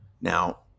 Now